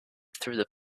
through